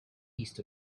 east